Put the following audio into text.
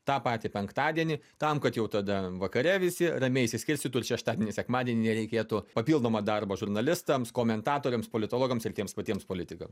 tą patį penktadienį tam kad jau tada vakare visi ramiai išsiskirstytų ir šeštadienį sekmadienį nereikėtų papildomo darbo žurnalistams komentatoriams politologams ir tiems patiems politikams